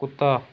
ਕੁੱਤਾ